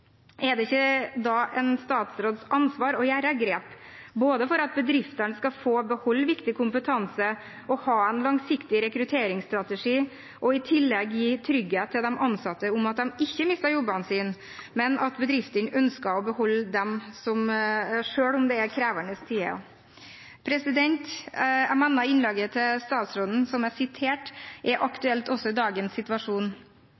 Er det ikke da en statsråds ansvar å ta grep, både for at bedriftene skal få beholde viktig kompetanse og ha en langsiktig rekrutteringsstrategi og i tillegg gi trygghet til de ansatte for at de ikke mister jobbene sine, men at bedriftene ønsker å beholde dem selv om det er krevende tider. Jeg mener det jeg siterte fra innlegget til Robert Eriksson, nå statsråd, fra juni 2006, også er